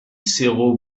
cerro